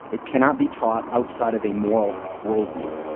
it cannot be taught outside of a moral worldview.